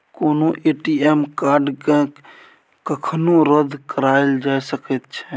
कोनो ए.टी.एम कार्डकेँ कखनो रद्द कराएल जा सकैत छै